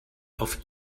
auf